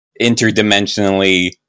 interdimensionally